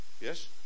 yes